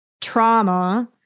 trauma